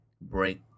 break